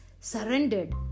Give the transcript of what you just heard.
surrendered